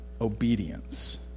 obedience